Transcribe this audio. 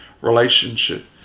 relationship